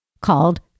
called